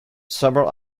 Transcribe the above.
several